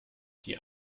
die